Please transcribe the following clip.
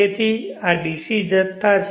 તેથી આ DC જથ્થા છે